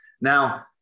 now